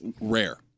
rare